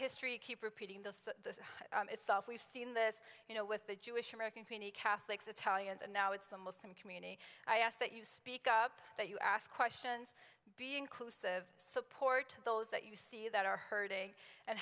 history keep repeating the itself we've seen this you know with the jewish americans many catholics italians and now it's the muslim community i ask that you speak up that you ask questions being close of support to those that you see that are hurting and